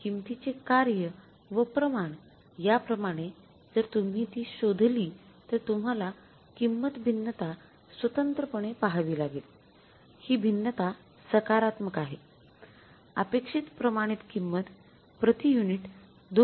किमतीचे कार्य व प्रमाण या प्रमाणे जर तुम्ही ती शोधली तर तुम्हाला किंमत भिन्नता स्वतंत्रपणे पाहावी लागेल हि भिन्नता सकारात्मक आहेअपेक्षित प्रमाणित किंमत प्रति युनिट २